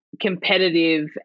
competitive